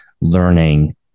learning